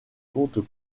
comptes